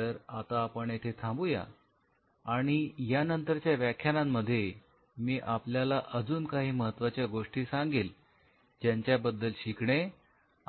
तर आता आपण येथे थांबूया आणि यानंतरच्या व्याख्यानांमध्ये मी आपल्याला अजून काही महत्त्वाच्या गोष्टी सांगेल ज्यांच्याबद्दल शिकणे